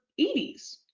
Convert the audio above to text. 80s